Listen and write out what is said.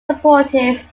supportive